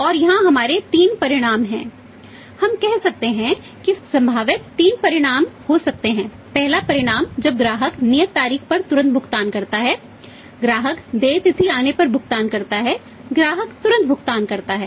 और यहां हमारे तीन परिणाम हैं हम कह सकते हैं कि संभावित तीन परिणाम हो सकते हैं पहला परिणाम जब ग्राहक नियत तारीख पर तुरंत भुगतान करता है ग्राहक देय तिथि आने पर भुगतान करता है ग्राहक तुरंत भुगतान करता है